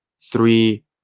three